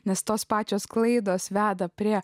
nes tos pačios klaidos veda prie